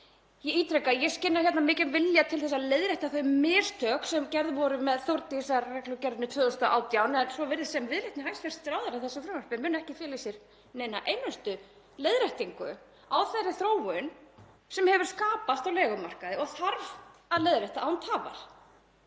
Ég ítreka að ég skynja mikinn vilja til þess að leiðrétta þau mistök sem gerð voru með Þórdísarreglugerðinni 2018, en svo virðist sem viðleitni hæstv. ráðherra í þessu frumvarpi muni ekki fela í sér eina einustu leiðréttingu á þeirri þróun sem hefur skapast á leigumarkaði og þarf að leiðrétta án tafar.